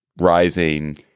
rising –